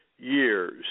years